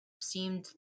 seemed